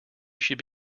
should